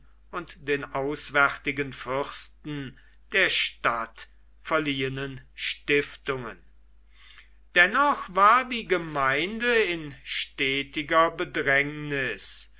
und den auswärtigen fürsten der stadt verliehenen stiftungen dennoch war die gemeinde in stetiger bedrängnis